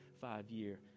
five-year